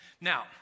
Now